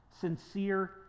sincere